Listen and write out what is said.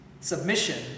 submission